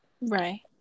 right